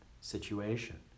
situation